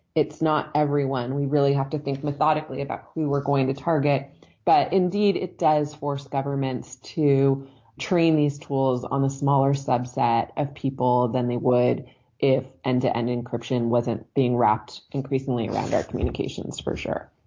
it's not everyone we really have to think methodically about who we're going to target but indeed it does force governments to train these tools on a smaller subset of people than they would if end to end encryption wasn't being wrapped increasingly around our communications sure